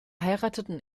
heirateten